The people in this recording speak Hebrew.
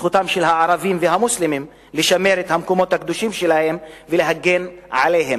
בזכותם של הערבים והמוסלמים לשמר את המקומות הקדושים שלהם ולהגן עליהם.